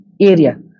area